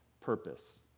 purpose